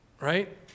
right